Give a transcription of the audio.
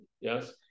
yes